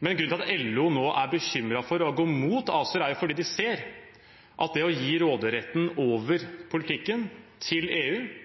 Grunnen til at LO nå er bekymret for og går mot ACER, er at de ser at det å gi råderetten over politikken til EU